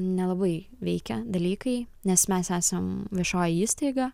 nelabai veikia dalykai nes mes esam viešoji įstaiga